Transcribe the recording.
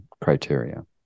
criteria